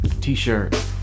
t-shirt